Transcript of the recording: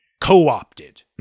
co-opted